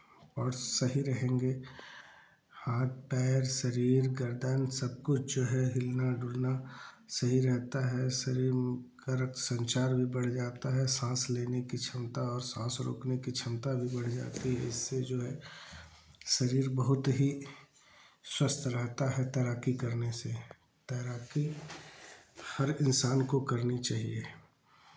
parts सही रहेंगे हाथ पैर शरीर गर्दन सब कुछ जो है हिलना डुलना सही रहता है शरीर का रक्त संचालन बढ़ जाता है सांस लेने की क्षमता और सांस रोकने की क्षमता भी बढ़ जाती है इससे जो है शरीर बहुत ही स्वस्थ रहता है तैराकी करने से तैराकी हर इंसान को करनी चाहिये